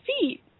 feet